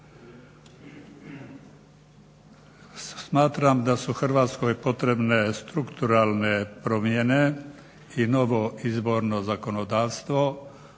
Smatram da su Hrvatskoj potrebne strukturalne promjene i novo izborno zakonodavstvo